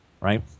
right